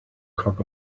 cock